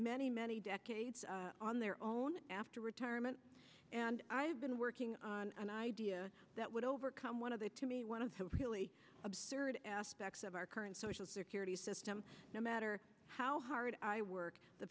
many many decades on their own after retirement and i've been working on an idea that would overcome one of the to me one of the absurd aspects of our current social security system no matter how hard i work the